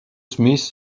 smith